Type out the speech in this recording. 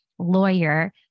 Lawyer